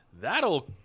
that'll